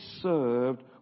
served